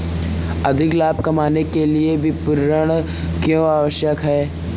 अधिक लाभ कमाने के लिए विपणन क्यो आवश्यक है?